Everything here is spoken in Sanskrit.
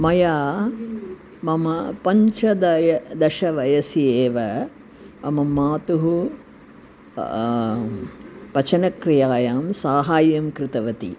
मया मम पञ्चदशवयसि एव मम मातुः पचनक्रियायां साहाय्यं कृतवती